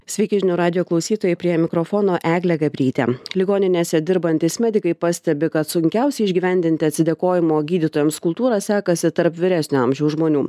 sveiki žinių radijo klausytojai prie mikrofono eglė gabrytė ligoninėse dirbantys medikai pastebi kad sunkiausia išgyvendinti atsidėkojimo gydytojams kultūrą sekasi tarp vyresnio amžiaus žmonių